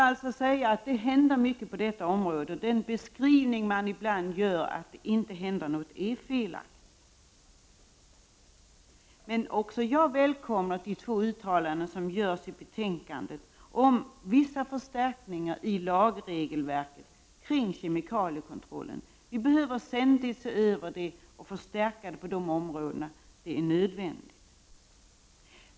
Det händer alltså mycket på detta område, och den beskrivning som ibland görs av att det inte händer någonting är felaktig. Också jag välkomnar de två uttalanden som görs i betänkandet om vissa förstärkningar i lagregelverket för kemikaliekontrollen. Det är nödvändigt att vi ständigt ser över det och förstärker det.